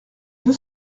deux